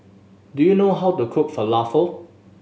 do you know how to cook Falafel